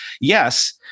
yes